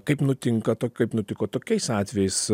kaip nutinka tok kaip nutiko tokiais atvejais